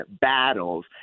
battles